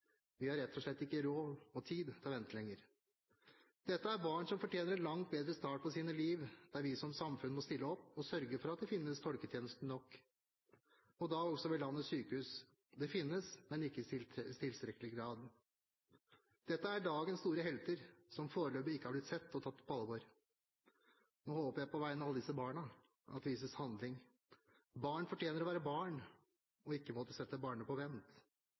Vi har rett og slett ikke råd og tid til å vente lenger. Dette er barn som fortjener en langt bedre start på sine liv, der vi som samfunn må stille opp og sørge for at det finnes tolketjenester nok – også ved landets sykehus. Det finnes, men ikke i tilstrekkelig grad. Dette er dagens store helter som foreløpig ikke har blitt sett og tatt på alvor. Nå håper jeg på vegne av alle disse barna at det vises handling. Barn fortjener å være barn og ikke måtte sette barndommen på vent.